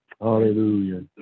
Hallelujah